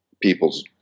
people's